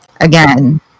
again